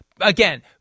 Again